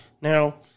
Now